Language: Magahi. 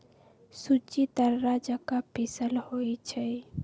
सूज़्ज़ी दर्रा जका पिसल होइ छइ